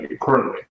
currently